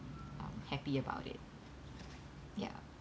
um happy about it ya